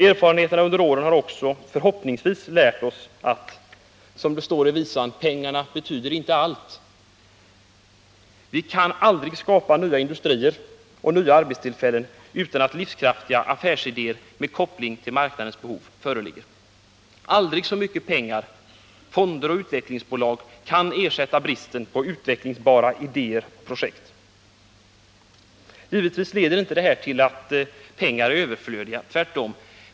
Erfarenheterna under åren har också förhoppningsvis lärt oss att, som det står i visan, ”pengarna betyder inte allt”. Vi kan aldrig skapa nya industrier och nya arbetstillfällen utan att livskraftiga affärsidéer med koppling till marknadens behov föreligger. Aldrig så mycket pengar, fonder och utvecklingsbolag kan ersätta bristen på utvecklingsbara idéer och projekt. Givetvis leder inte detta till att pengar är överflödiga — tvärtom.